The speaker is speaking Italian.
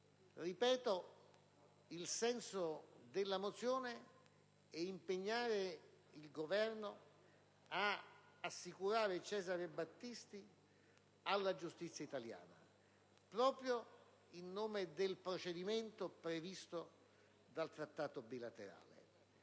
Ripeto, il senso della mozione è di impegnare il Governo ad assicurare Cesare Battisti alla giustizia italiana, proprio in nome del procedimento previsto dal Trattato bilaterale.